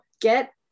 get